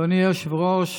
אדוני היושב-ראש,